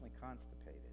constipated